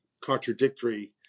contradictory